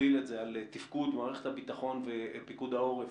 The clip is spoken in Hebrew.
נכליל את זה על תפקוד מערכת הביטחון ופיקוד העורף